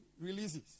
releases